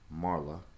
Marla